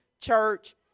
church